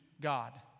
God